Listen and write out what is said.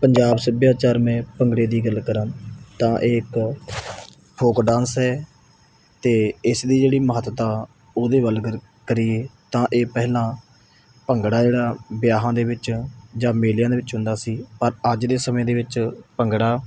ਪੰਜਾਬ ਸੱਭਿਆਚਾਰ ਮੈਂ ਭੰਗੜੇ ਦੀ ਗੱਲ ਕਰਾਂ ਤਾਂ ਇਹ ਇੱਕ ਫੋਕ ਡਾਂਸ ਹੈ ਅਤੇ ਇਸ ਦੀ ਜਿਹੜੀ ਮਹੱਤਤਾ ਉਹਦੇ ਵੱਲ ਗੱਲ ਕਰੀਏ ਤਾਂ ਇਹ ਪਹਿਲਾਂ ਭੰਗੜਾ ਜਿਹੜਾ ਵਿਆਹਾਂ ਦੇ ਵਿੱਚ ਜਾਂ ਮੇਲਿਆਂ ਦੇ ਵਿੱਚ ਹੁੰਦਾ ਸੀ ਪਰ ਅੱਜ ਦੇ ਸਮੇਂ ਦੇ ਵਿੱਚ ਭੰਗੜਾ